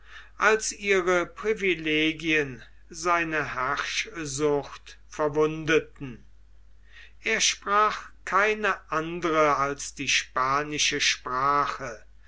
als ihre privilegien seine herrschsucht verwundeten er sprach keine andere als die spanische sprache